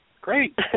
Great